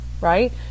right